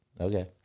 Okay